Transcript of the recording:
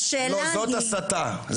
זאת הסתה.